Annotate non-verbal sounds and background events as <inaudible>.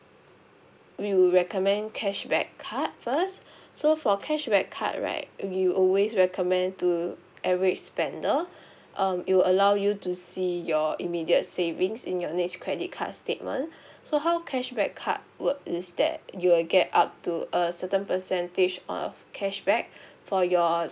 we will recommend cashback card first <breath> so for cashback card right we always recommend to average spender <breath> um it will allow you to see your immediate savings in your next credit card statement <breath> so how cashback card work is that you will get up to a certain percentage of cashback <breath> for your